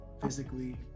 physically